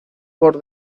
por